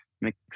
mix